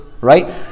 right